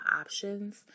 options